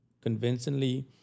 convincingly